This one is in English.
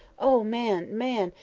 oh, man, man!